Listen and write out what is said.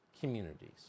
communities